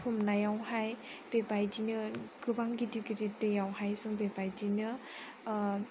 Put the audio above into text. हमनायावहाय बेबायदिनो गोबां गिदिर गिदिर दैयावहाय जों बेबायदिनो